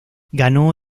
ganó